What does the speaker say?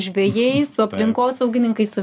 žvejais su aplinkosaugininkais su